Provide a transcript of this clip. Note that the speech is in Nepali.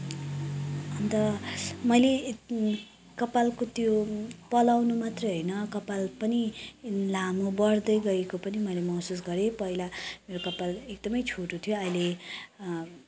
अन्त मैले कपालको त्यो पलाउनु मात्रै होइन कपाल पनि लामो बढदै गएको पनि मैले महसुस गरेँ पहिला मेरो कपाल एकदमै छोटो थियो अहिले